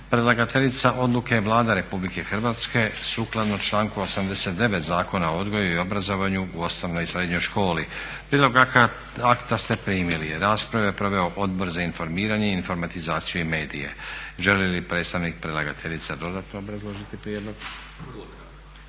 Predlagateljica odluke je Vlada Republike Hrvatske sukladno članku 89. Zakona o odgoju i obrazovanju u osnovnoj i srednjoj školi. Prijedlog akta ste primili. Raspravu je proveo Odbor za informiranje, informatizaciju i medije. Želi li predstavnik predlagateljice dodatno obrazložiti prijedlog?